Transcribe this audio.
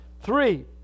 Three